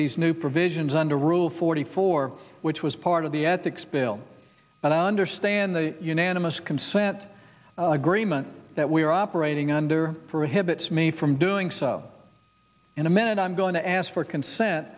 these new provisions under rule forty four which was part of the ethics bill and i understand the unanimous consent agreement that we are operating under for hits me from doing so in a minute i'm going to ask for consent